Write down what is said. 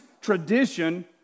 tradition